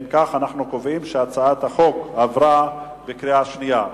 אנחנו קובעים שהצעת החוק עברה בקריאה שנייה.